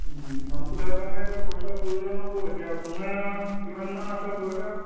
farm খোলাৰ কাৰণে এতিয়া পইচা প্ৰয়োজন হ'ব এতিয়া আপোনাৰ কিমান মান আছে পইচা